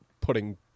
putting